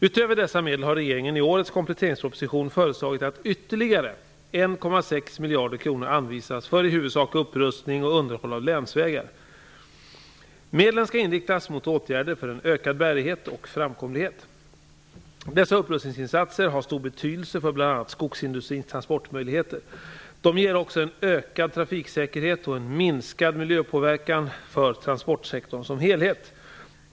Utöver dessa medel har regeringen i årets kompletteringsproposition föreslagit att ytterligare 1,6 miljarder kronor anvisas för i huvudsak upprustning och underhåll av länsvägar. Medlen skall inriktas mot åtgärder för en ökad bärighet och framkomlighet. Dessa upprustningsinsatser har stor betydelse för bl.a. skogsindustrins transportmöjligheter. De ger också en ökad trafiksäkerhet och en minskad miljöpåverkan för transportsektorn som helhet.